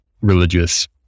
religious